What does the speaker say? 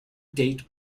date